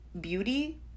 beauty